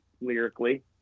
lyrically